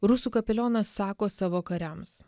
rusų kapelionas sako savo kariams